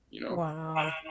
Wow